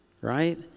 Right